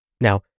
Now